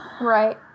Right